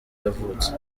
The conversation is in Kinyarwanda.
yavutse